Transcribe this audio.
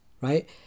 right